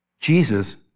Jesus